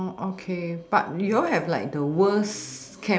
oh okay but you've have like the worst camp